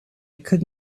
could